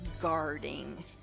guarding